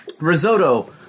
risotto